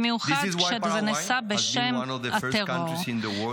זה נבזה עוד יותר כשזה נעשה בשם אידיאולוגיית הטרור.